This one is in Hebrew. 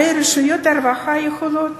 הרי רשויות הרווחה יכולות